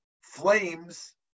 flames